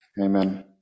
Amen